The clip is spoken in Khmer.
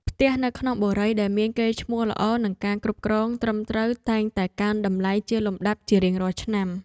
ផ្ទះនៅក្នុងបុរីដែលមានកេរ្តិ៍ឈ្មោះល្អនិងការគ្រប់គ្រងត្រឹមត្រូវតែងតែកើនតម្លៃជាលំដាប់ជារៀងរាល់ឆ្នាំ។